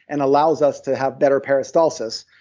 and allows us to have better peristalsis,